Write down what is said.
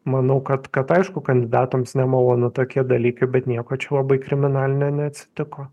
manau kad kad aišku kandidatams nemalonu tokie dalykai bet nieko čia labai kriminalinio neatsitiko